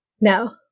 No